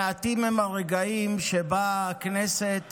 מעטים הם הרגעים שבהם הכנסת